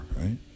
right